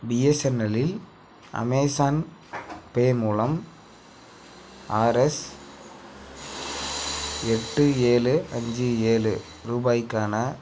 பிஎஸ்என்எல்லில் Amazon pay மூலம் R S எட்டு ஏழு அஞ்சு ஏழு ரூபாய்க்கான